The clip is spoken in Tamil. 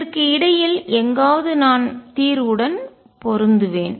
இதற்கு இடையில் எங்காவது நான் தீர்வுடன் பொருந்துவேன்